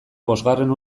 bosgarren